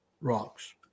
rocks